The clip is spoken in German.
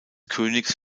königs